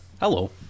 Hello